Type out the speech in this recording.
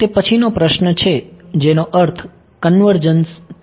તે પછીનો પ્રશ્ન છે જેનો અર્થ કન્વર્જન્સ છે